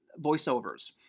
voiceovers